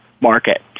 market